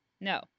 No